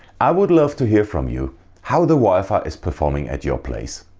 i would love to hear from you how the wi-fi is performing at your place,